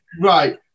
Right